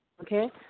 Okay